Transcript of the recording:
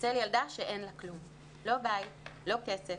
ניצל ילדה שאין לה כלום: לא בית, לא כסף,